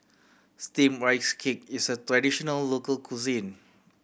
Steamed Rice Cake is a traditional local cuisine